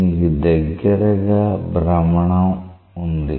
దీనికి దగ్గరగా భ్రమణం వుంది